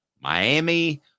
Miami